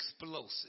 explosive